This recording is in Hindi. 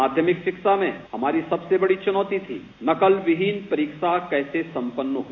माध्यमिक शिक्षा में हमारी सबसे बड़ी चुनौती थी नकलविहीन परीक्षा कैसे सम्पन्न हो